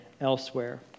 elsewhere